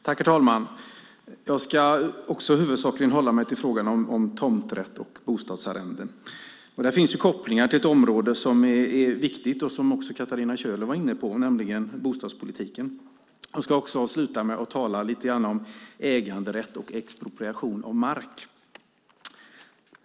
Herr talman! Jag ska huvudsakligen hålla mig till frågan om tomträtt och bostadsarrenden. Där finns kopplingar till ett område som är viktigt, och som Katarina Köhler också var inne på, nämligen bostadspolitiken. Sedan ska jag avsluta med att lite grann tala om äganderätt och expropriation av mark.